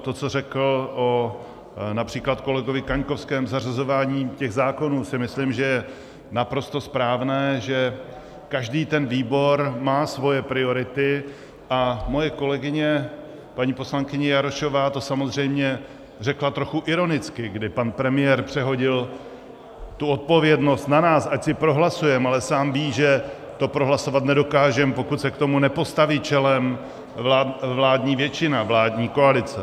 To, co řekl například o kolegovi Kaňkovském, zařazování zákonů, myslím, že je naprosto správné, že každý výbor má své priority, a moje kolegyně paní poslankyně Jarošová to samozřejmě řekla trošku ironicky, kdy pan premiér přehodil odpovědnost na nás, ať si to prohlasujeme, ale sám ví, že to prohlasovat nedokážeme, pokud se k tomu nepostaví čelem vládní většina, vládní koalice.